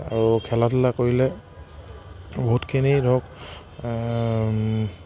আৰু খেলা ধূলা কৰিলে বহুতখিনি ধৰক